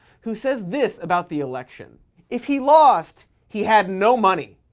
who says this about the election if he lost, he had no money,